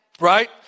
right